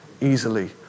easily